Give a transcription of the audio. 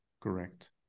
Correct